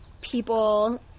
people –